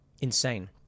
Insane